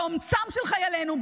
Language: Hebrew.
באומץ של חיילינו,